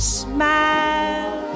smile